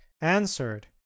answered